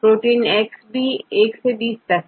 प्रोटीनX भी 1 से20 तक है